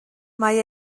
mae